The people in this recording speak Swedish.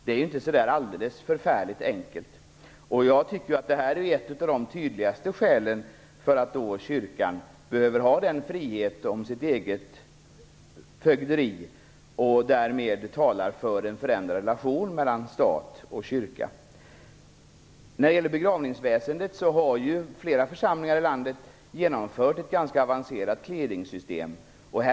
Det här är enligt min uppfattning ett av de tydligaste skälen till att kyrkan behöver ha frihet vad gäller sitt eget fögderi, och det talar då för en förändrad relation mellan stat och kyrka. Flera församlingar i landet har genomfört ett ganska avancerat clearingsystem vad gäller begravningsväsendet.